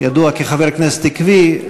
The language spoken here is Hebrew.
ידוע כחבר כנסת עקבי,